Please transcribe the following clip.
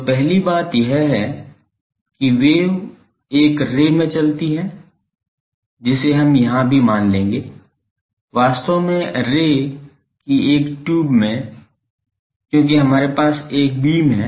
तो पहली बात यह है कि वेव एक रे में चलती हैं जिसे हम यहां भी मान लेंगे वास्तव में रे की एक ट्यूब में क्योंकि हमारे पास एक बीम है